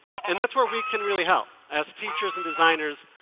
and that's where we can really help. as teachers and designers,